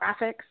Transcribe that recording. graphics